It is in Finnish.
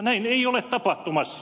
näin ei ole tapahtumassa